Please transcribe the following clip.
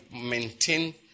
maintain